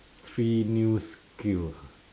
three new skill ah